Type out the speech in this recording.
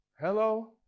Hello